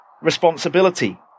responsibility